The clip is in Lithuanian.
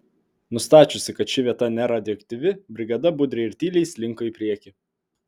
nustačiusi kad ši vieta neradioaktyvi brigada budriai ir tyliai slinko į priekį